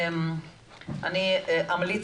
גבירתי,